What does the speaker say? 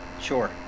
Sure